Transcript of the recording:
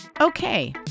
Okay